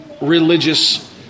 religious